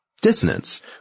dissonance